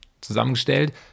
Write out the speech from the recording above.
Zusammengestellt